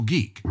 Geek